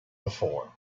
before